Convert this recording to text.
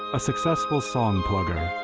a successful song plugger.